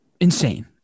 insane